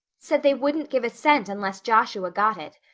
said they wouldn't give a cent unless joshua got it.